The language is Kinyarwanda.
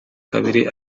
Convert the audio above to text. kabiri